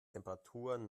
temperaturen